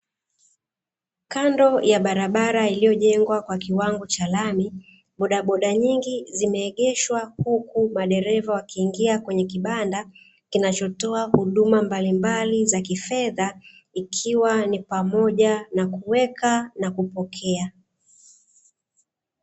Kando ya barabara iliyojengwa kwa kiwango cha lami, boda boda nyingi zimeegeshwa huku madereva wakiingia kwenye kibanda, kinachotoa huduma mbalimbali za kifedha, ikiwa ni pamoja na kuweka na kupokea.